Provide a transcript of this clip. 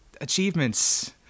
achievements